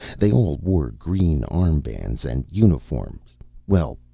they all wore green armbands and uniforms well,